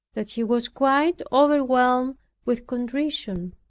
that he was quite overwhelmed with contrition.